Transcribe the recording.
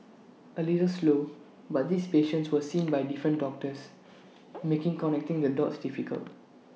A little slow but these patients were seen by different doctors making connecting the dots difficult